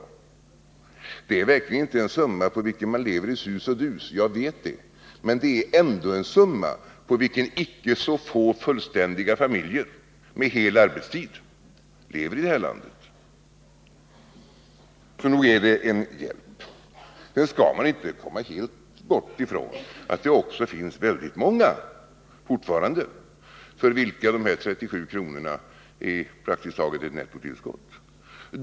Jag vet att det verkligen inte är en summa på vilken man lever i sus och dus, men det är en summa på vilken icke så få fullständiga familjer med fulltidsarbetande familjeförsörjare lever på i det här landet. Nog är det alltså fråga om en förstärkning. Man skall vidare inte helt se bort från att det fortfarande finns väldigt många för vilka de 37 kronorna är praktiskt taget ett nettotillskott.